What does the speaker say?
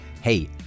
Hey